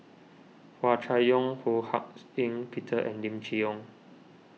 Hua Chai Yong Ho Hak's Ean Peter and Lim Chee Onn